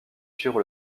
suivre